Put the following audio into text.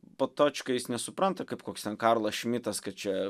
potočka jis nesupranta kaip koks ten karlas šmitas kad čia